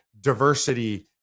diversity